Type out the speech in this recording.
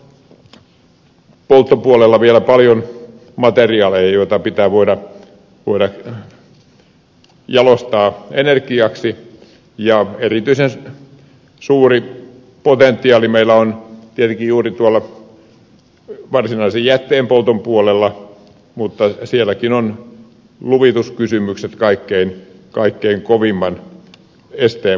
meillähän on polttopuolella vielä paljon materiaaleja joita pitää voida jalostaa energiaksi ja erityisen suuri potentiaali meillä on tietenkin juuri tuolla varsinaisen jätteenpolton puolella mutta sielläkin luvituskysymykset ovat kaikkein kovimman esteen muodostaneet